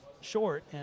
short